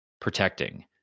protecting